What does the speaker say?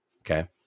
Okay